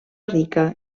rica